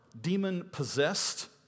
demon-possessed